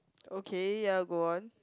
okay ya go on